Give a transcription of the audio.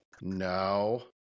No